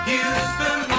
Houston